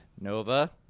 Nova